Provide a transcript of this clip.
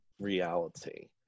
reality